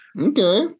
Okay